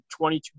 22